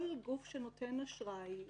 כל גוף שנותן אשראי,